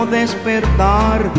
despertar